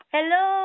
Hello